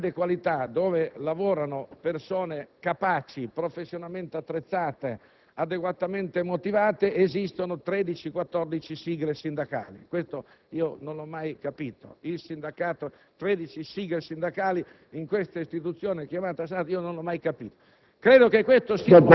di grande qualità, dove lavorano persone capaci, professionalmente attrezzate, adeguatamente motivate, esistono 13-14 sigle sindacali. Questo non l'ho mai capito. Ripeto, l'esistenza di 13 sigle sindacali nell'istituzione chiamata Senato non l'ho mai capita.